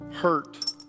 hurt